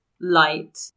light